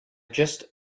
just